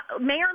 Mayor